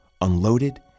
unloaded